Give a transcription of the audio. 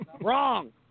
Wrong